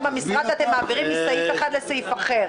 במשרד ואתם מעבירים מסעיף אחד לסעיף אחר.